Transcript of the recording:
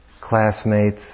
classmates